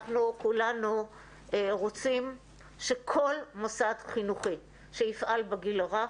אנחנו כולנו רוצים שכל מוסד חינוכי שיפעל בגיל הרך,